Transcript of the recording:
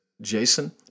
Jason